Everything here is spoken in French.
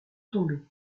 tombée